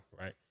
right